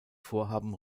vorhaben